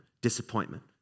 disappointment